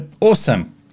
awesome